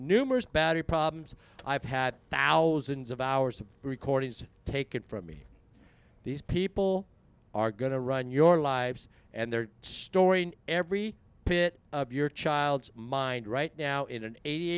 numerous battery problems i've had thousands of hours of recordings taken from me these people are going to run your lives and they're storing every bit of your child's mind right now in an eighty